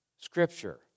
Scripture